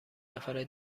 نفره